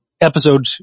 episode